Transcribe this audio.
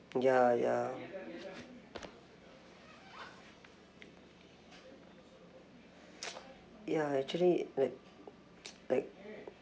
ya ya ya actually like like